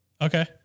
Okay